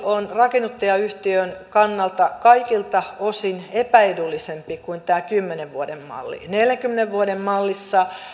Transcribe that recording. on rakennuttajayhtiön kannalta kaikilta osin epäedullisempi kuin tämä kymmenen vuoden malli neljänkymmenen vuoden mallissa